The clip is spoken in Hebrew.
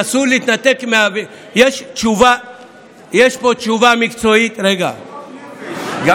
יש פה תשובה מקצועית, זה פיקוח נפש.